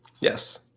Yes